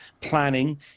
planning